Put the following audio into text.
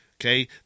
Okay